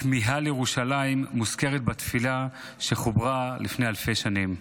הכמיהה לירושלים מוזכרת בתפילה שחוברה לפני אלפי שנים.